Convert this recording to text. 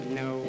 no